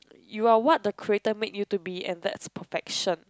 you are what the creator make you to be and that's perfection